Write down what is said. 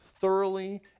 thoroughly